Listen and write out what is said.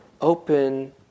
open